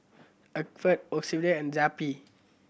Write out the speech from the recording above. Accucheck Ocuvite and Zappy